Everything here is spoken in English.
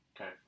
Okay